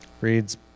reads